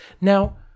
Now